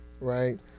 right